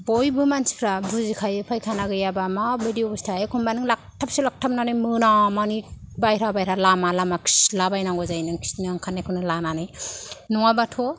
बयबो मानसिफ्रा बुजिखायो फायखाना गैयाबा माबायदि अबस्ता एखनबा नों लाखथाबसे लाखथाबनानै नों मोना मानि बायह्रा बायह्रा लामा लामा खिद्ला बायनांगौ जायो नों खिनो ओंखारनायखौ लानानै नङाबाथ'